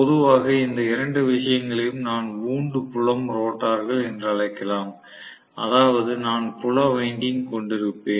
பொதுவாக இந்த இரண்டு விஷயங்களையும் நான் வூண்ட் புலம் ரோட்டர்கள் என்று அழைக்கலாம் அதாவது நான் புல வைண்டிங் கொண்டிருப்பேன்